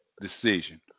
decision